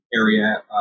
area